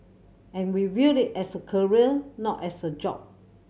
and we viewed it as a career not as a job